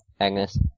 Agnes